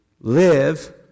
Live